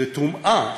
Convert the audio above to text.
זה טומאה,